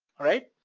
alright?